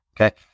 Okay